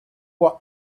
were